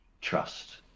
trust